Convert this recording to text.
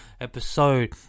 episode